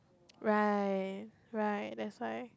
right right that's why